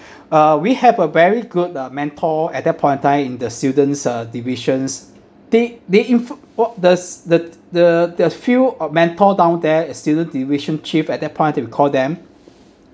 uh we have a very good uh mentor at that point of time in the students uh divisions they they influ~ wha~ the s~ the the there's few of mentor down there is the division chief at that point of time we call them